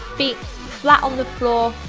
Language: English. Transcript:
feet flat on the floor.